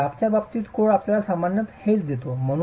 आणि ग्राफच्या बाबतीत कोड आपल्याला सामान्यतः हेच देतो